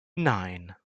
nine